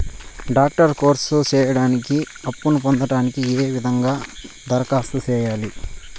Doctor course సేయడానికి అప్పును పొందడానికి ఏ విధంగా దరఖాస్తు సేయాలి?